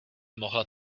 mohla